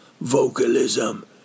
vocalism